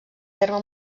terme